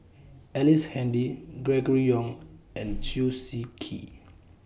Ellice Handy Gregory Yong and Chew Swee Kee